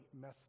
mess